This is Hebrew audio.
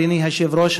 אדוני היושב-ראש,